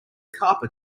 carpet